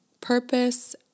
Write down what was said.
purpose